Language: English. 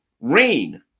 rain